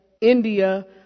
India